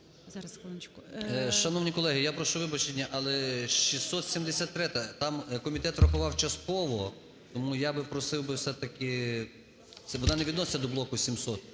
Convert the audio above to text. Шановні колеги, прошу вибачення, але 673-я. Там комітет врахував частково. Тому я би просив би все-таки, вона не відноситься до блоку 700.